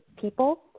people